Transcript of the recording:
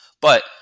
But-